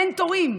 אין תורים.